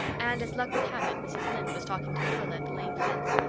and, as luck would have it, mrs. lynde was talking to marilla at the lane fence.